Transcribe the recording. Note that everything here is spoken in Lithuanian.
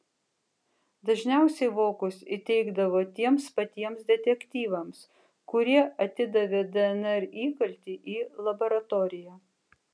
dažniausiai vokus įteikdavo tiems patiems detektyvams kurie atidavė dnr įkaltį į laboratoriją